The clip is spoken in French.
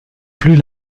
plus